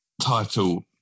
title